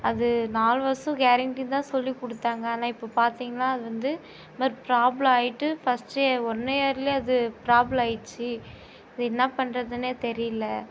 அது நாலு வருஷம் கேரண்டின்னு தான் சொல்லி கொடுத்தாங்க ஆனால் இப்போ பார்த்தீங்கன்னா அது வந்து இந்த மாதிரி ப்ராப்ளம் ஆகிட்டு ஃபஸ்ட்டே ஒன் இயர்லையே அது ப்ராப்ளம் ஆயிருச்சு இதை என்ன பண்ணுறதுன்னே தெரியல